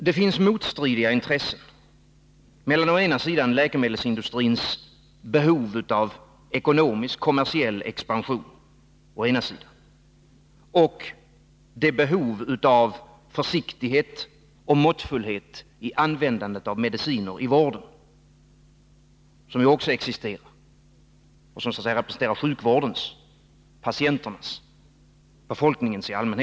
Det finns motstridiga intressen mellan å ena sidan läkemedelsindustrins behov av ekonomisk kommersiell expansion och å andra sidan det behov av försiktighet och måttfullhet i användandet av mediciner i vården som ju också existerar och som så att säga representerar sjukvårdens, patienternas, befolkningens intressen.